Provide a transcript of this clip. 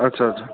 ਅੱਛਾ ਅੱਛਾ